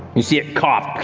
you see it cough